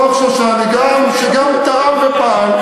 דוח שושני, שגם תרם ופעל.